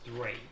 three